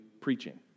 preaching